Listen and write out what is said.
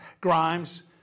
Grimes